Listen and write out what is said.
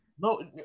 No